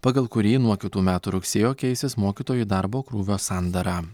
pagal kurį nuo kitų metų rugsėjo keisis mokytojų darbo krūvio sandara